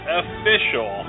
official